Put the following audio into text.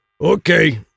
Okay